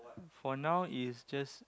for now is just